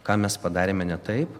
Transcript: ką mes padarėme ne taip